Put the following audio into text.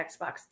xbox